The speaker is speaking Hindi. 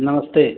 नमस्ते